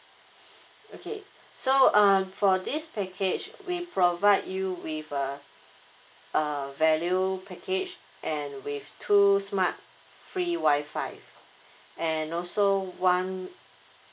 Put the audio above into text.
okay so uh for this package we provide you with uh uh value package and with two smart free WI-FI and also one